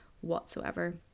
whatsoever